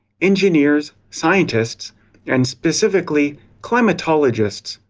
engineers, scientists and specifically climatologists.